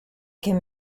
can